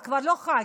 את כבר לא ח"כית.